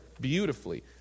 beautifully